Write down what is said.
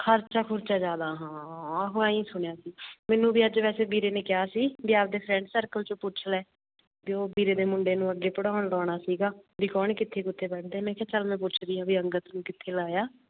ਖਰਚਾ ਖੁਰਚਾ ਜ਼ਿਆਦਾ ਹਾਂ ਆਹੋ ਐਂਹੀ ਸੁਣਿਆ ਸੀ ਮੈਨੂੰ ਵੀ ਅੱਜ ਵੈਸੇ ਵੀਰੇ ਨੇ ਕਿਹਾ ਸੀ ਵੀ ਆਪਣੇ ਫਰੈਂਡ ਸਰਕਲ 'ਚੋਂ ਪੁੱਛ ਲੈ ਵੀ ਉਹ ਵੀਰੇ ਦੇ ਮੁੰਡੇ ਨੂੰ ਅੱਗੇ ਪੜ੍ਹਾਉਣ ਲਾਉਣਾ ਸੀਗਾ ਵੀ ਕੋਣ ਕਿੱਥੇ ਕਿੱਥੇ ਪੜ੍ਹਦੇ ਨੇ ਮੈਂ ਕਿਹਾ ਚਲ ਮੈਂ ਪੁੱਛਦੀ ਹਾਂ ਵੀ ਅੰਗਦ ਨੂੰ ਕਿੱਥੇ ਲਾਇਆ